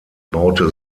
baute